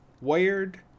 wired